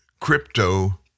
crypto